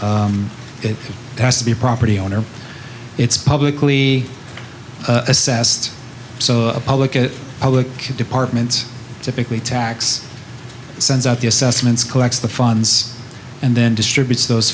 owners it has to be a property owner it's publicly assessed so public a public departments typically tax sends out the assessments collects the funds and then distributes those